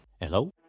Hello